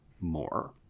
more